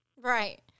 Right